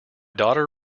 daughter